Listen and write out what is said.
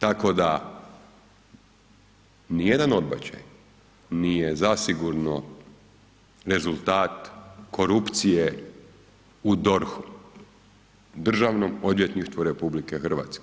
Tako da nijedan odbačaj nije zasigurno rezultat korupcije u DORH-u, Državnom odvjetništvu RH.